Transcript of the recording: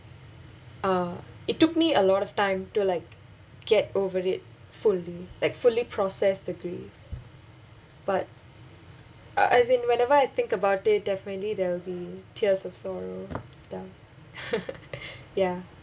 uh it took me a lot of time to like get over it fully like fully processed the grief but uh as in whenever I think about it definitely there'll be tears of sorrow and stuff ya